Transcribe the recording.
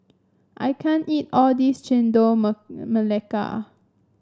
I can't eat all this Chendol Melaka